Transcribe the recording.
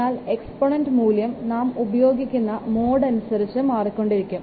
എന്നാൽ എക്പോണെന്റ് മൂല്യം നാം ഉപയോഗിക്കുന്ന മോഡ് അനുസരിച്ച് മാറിക്കൊണ്ടിരിക്കും